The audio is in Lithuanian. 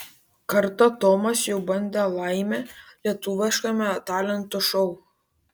kartą tomas jau bandė laimę lietuviškame talentų šou